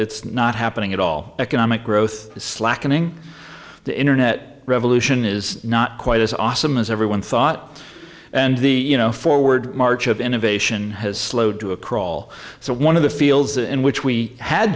it's not happening at all economic growth slackening the internet revolution is not quite as awesome as everyone thought and the you know forward march of innovation has slowed to a crawl so one of the fields in which we had